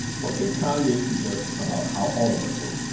what can kanye teach us about how all of us vote?